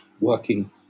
working